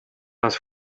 las